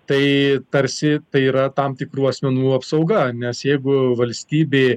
tai tarsi tai yra tam tikrų asmenų apsauga nes jeigu valstybė